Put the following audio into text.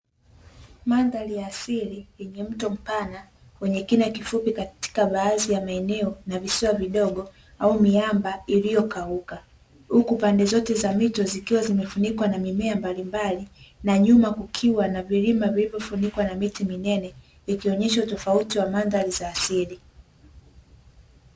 Mandhari ya asili yenye mto mpana, wenye kina kifupi katika baadhi ya maeneo, na visiwa vidogo au miamba iliyokauka, huku pande zote za mito zikiwa zimefunikwa na mimea mbalimbali, na nyuma kukiwa vilima vilivyofunikwa na miti minene, ikionyesha utofauti wa mandhari za asili.